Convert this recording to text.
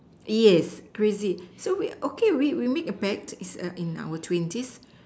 yes crazy so we okay we we make a pact it's a in our twenties